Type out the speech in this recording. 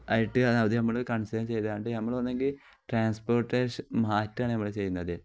ആയിട്ട് അത് നമ്മൾ കൺസേൺ ചെയ്തുകൊണ്ട് നമ്മളൊന്നെങ്കിൽ ട്രാൻസ്പോർട്ടേഷൻ മാറ്റാണ് നമ്മൾ ചെയ്യുന്നത്